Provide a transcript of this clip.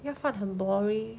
鸭饭很 boring